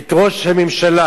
את ראש הממשלה,